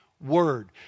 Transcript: Word